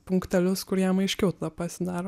punktelius kur jam aiškiau tada pasidaro